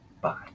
Bye